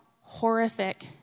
horrific